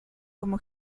como